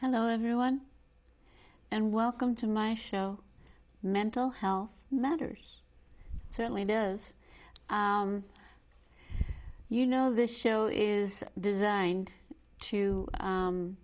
hello everyone and welcome to my show mental health matters certainly does you know this show is designed to